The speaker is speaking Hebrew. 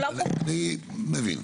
אני מבין.